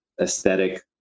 aesthetic